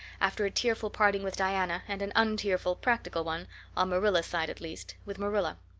after a tearful parting with diana and an untearful practical one on marilla's side at least with marilla.